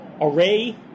array